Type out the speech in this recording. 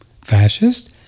fascist